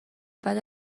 بعد